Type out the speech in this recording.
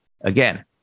Again